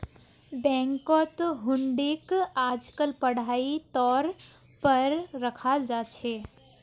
बैंकत हुंडीक आजकल पढ़ाई तौर पर रखाल जा छे